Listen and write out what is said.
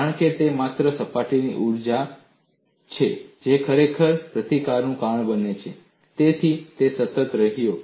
કારણ કે તે માત્ર સપાટી ઊર્જા છે જે ખરેખર પ્રતિકારનું કારણ બને છે તેથી તે સતત રહ્યો